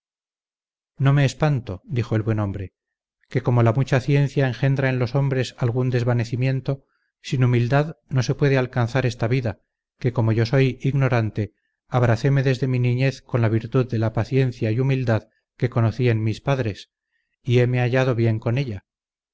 no me espanto dijo el buen hombre que como la mucha ciencia engendra en los hombres algún desvanecimiento sin humildad no se puede alcanzar esta vida que como yo soy ignorante abracéme desde mi niñez con la virtud de paciencia y humildad que conocí en mis padres y héme hallado bien con ella